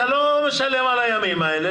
אתה לא משלם על הימים האלה,